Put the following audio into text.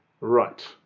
Right